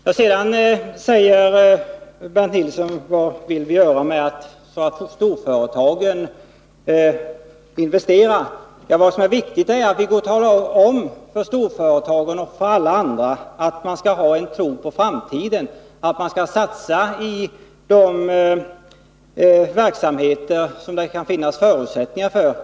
Bernt Nilsson frågade också vad vi vill göra för att få storföretagen att investera. Vad som är viktigt är att vi talar om för storföretagen och för alla andra att de skall ha en tro på framtiden, att de skall satsa på de verksamheter som det kan finnas förutsättningar för.